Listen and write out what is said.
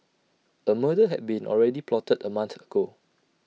A murder had been already plotted A month ago